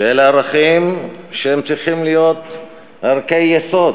שאלה ערכים שצריכים להיות ערכי יסוד